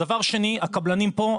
דבר שני, הקבלנים פה.